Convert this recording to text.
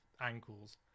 ankles